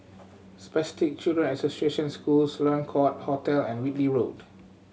Spastic Children Association School Sloane Court Hotel and Whitley Road